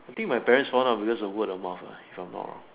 I think my parent found out because of words of mouth lah if I'm not wrong